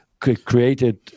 created